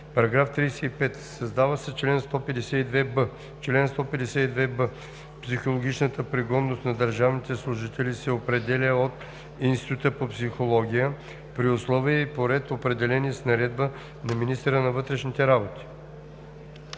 § 35: „§ 35. Създава се чл. 152б: „Чл. 152б. Психологичната пригодност на държавните служители се определя от Института по психология при условия и по ред, определени с наредба на министъра на вътрешните работи.“